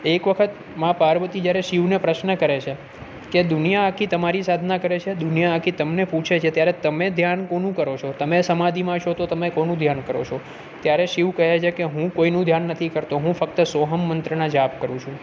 એક વખત મા પાર્વતી જ્યારે શિવને પ્રશ્ન કરે છે કે દુનિયા આખી તમારી સાધના કરે છે દુનિયા આખી તમને પૂછે છે ત્યારે તમે ધ્યાન કોનું કરો છો તમે સમાધિમાં છો તો તમે કોનું ધ્યાન કરો છો ત્યારે શિવ કહે છે કે હું કોઈનું ધ્યાન નથી કરતો હું ફક્ત સોહમ મંત્રના જાપ કરું છું